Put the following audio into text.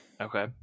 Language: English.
Okay